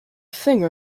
thing